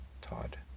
Todd